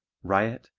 riot,